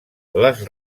les